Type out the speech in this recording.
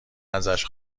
ازش